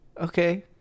okay